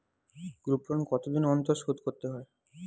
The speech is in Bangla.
গ্রুপলোন কতদিন অন্তর শোধকরতে হয়?